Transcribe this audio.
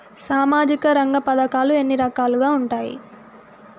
సామాజిక రంగ పథకాలు ఎన్ని రకాలుగా ఉంటాయి?